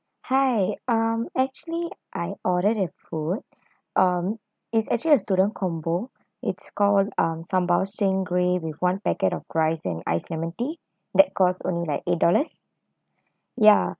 hi um actually I ordered a food um it's actually a student combo it's called um sambal stingray with one packet of rice and iced lemon tea that cost only like eight dollars ya